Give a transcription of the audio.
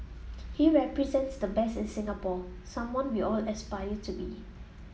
he represents the best in Singapore someone we all aspire to be